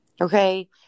okay